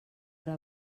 hora